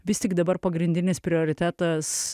vis tik dabar pagrindinis prioritetas